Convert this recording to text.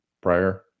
prior